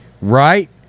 Right